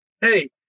hey